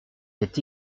est